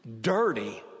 dirty